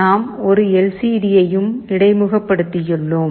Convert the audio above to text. நாம் ஒரு L C D யையும் இடைமுகப்படுத்தியுள்ளோம்